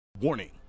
Warning